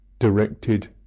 directed